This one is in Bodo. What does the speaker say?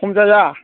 खम जाया